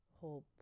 hope